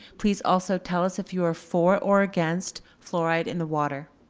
please also tell us if you are for or against fluoride in the water.